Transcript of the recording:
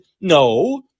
no